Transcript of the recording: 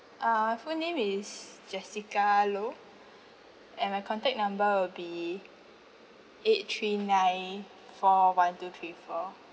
uh my full name is jessica low and my contact number would be eight three nine four one two three four